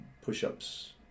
push-ups